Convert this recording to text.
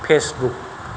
Facebook